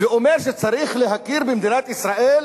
ואומר שצריך להכיר במדינת ישראל